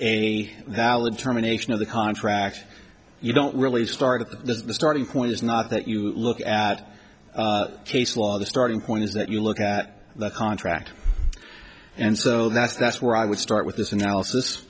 a valid germination of the contract you don't really start at the starting point is not that you look at case law the starting point is that you look at that contract and so that's that's where i would start with this analysis